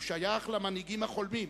הוא שייך למנהיגים החולמים,